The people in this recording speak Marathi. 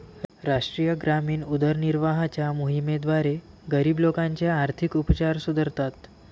राष्ट्रीय ग्रामीण उदरनिर्वाहाच्या मोहिमेद्वारे, गरीब लोकांचे आर्थिक उपचार सुधारतात